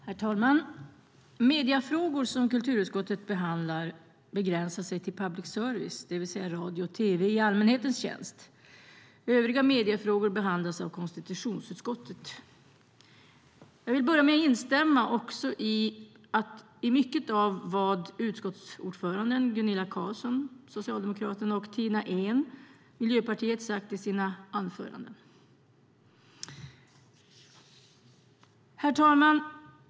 Herr talman! Mediefrågor som kulturutskottet behandlar begränsas till public service, det vill säga radio och tv i allmänhetens tjänst. Övriga mediefrågor behandlas av konstitutionsutskottet. Jag vill börja med att instämma i mycket av det som utskottsordföranden Gunilla Carlsson i Hisings Backa från Socialdemokraterna och Tina Ehn från Miljöpartiet har sagt i sina anföranden. Herr talman!